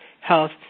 health